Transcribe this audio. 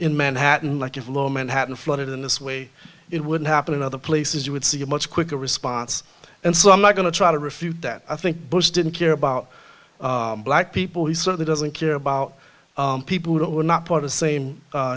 in manhattan like of lower manhattan flood in this way it would happen in other places you would see a much quicker response and so i'm not going to try to refute that i think bush didn't care about black people he certainly doesn't care about people who were not part of the same